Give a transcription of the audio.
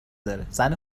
داره، زن